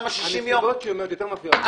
שהיא אומרת יותר מפריעות לי.